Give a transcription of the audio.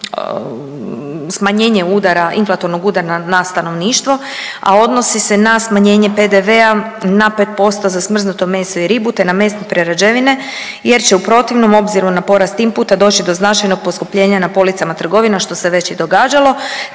smanjenje udara, inflatornog udara na stanovništvo a odnosi se na smanjenje PDV-a na 5% za smrznuto meso i ribu, te na mesne prerađevine jer će u protivnom obzirom na porast inputa doći do značajnog poskupljenja na policama trgovina što se već i događalo,